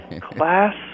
Class